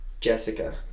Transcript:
Jessica